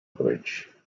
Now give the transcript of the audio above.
bridge